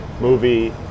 movie